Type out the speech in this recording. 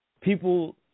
people